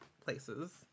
places